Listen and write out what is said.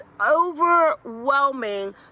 overwhelming